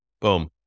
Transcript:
Boom